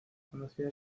conocida